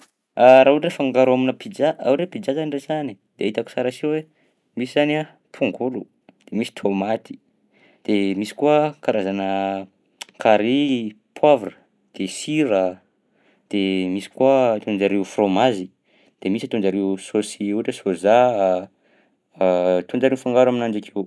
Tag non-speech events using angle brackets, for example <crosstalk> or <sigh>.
<hesitation> Raha ohatra hoe fangaro aminà pizza, raha ohatra hoe pizza zany resahina e de hitako sara si hoe misy zany a tongolo, misy tômaty de misy koa karazana <noise> carry, poavra de sira, de misy koa ataon-jareo frômazy, de misy ataon-jareo saosy ohatra hoe soja <hesitation> ataon-jareo mifangaro aminanjy akeo akeo.